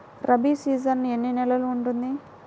Rabi season ఎన్ని నెలలు ఉంటుంది?